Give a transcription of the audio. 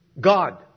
God